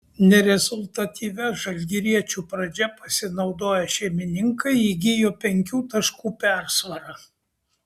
nerezultatyvia žalgiriečių pradžia pasinaudoję šeimininkai įgijo penkių taškų persvarą